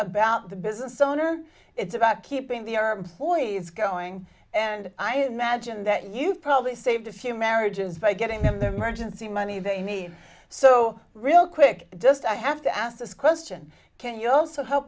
about the business owner it's about keeping the our employees going and i imagine that you probably saved a few marriages by getting them the marriage and see money they need so real quick just i have to ask this question can you also help